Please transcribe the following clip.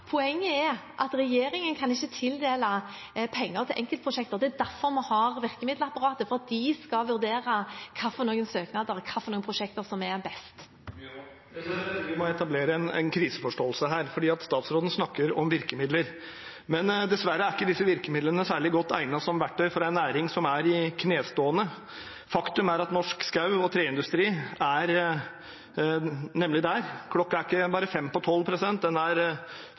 Poenget er at regjeringen ikke kan tildele penger til enkeltprosjekter. Det er derfor vi har virkemiddelapparatet, for at de skal vurdere hvilke søknader og hvilke prosjekter som er best. Jeg tror vi må etablere en kriseforståelse her om virkemidler. Men dessverre er ikke disse virkemidlene særlig godt egnet som verktøy for en næring som er i knestående. Faktum er at norsk skog- og treindustri er nemlig der. Klokka er ikke bare fem på tolv, den er